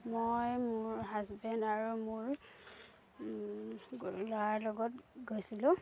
মই মোৰ হাজবেণ্ড আৰু মোৰ ল'ৰাৰ লগত গৈছিলোঁ